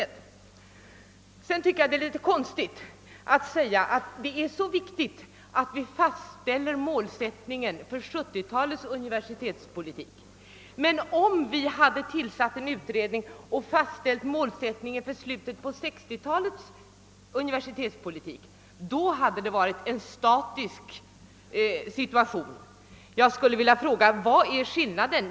Vidare är det märkvärdigt att man kan finna det vara så viktigt att fastställa målsättningen för 1970-talets universitetspolitik men samtidigt säga att det hade medfört en statisk situation om vi tillsatt en utredning för att fastställa målsättningen för universitetspolitiken under slutet av 1960-talet. Vari består skillnaden?